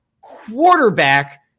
quarterback